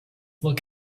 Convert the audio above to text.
look